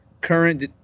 current